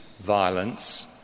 violence